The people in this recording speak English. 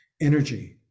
energy